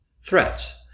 Threats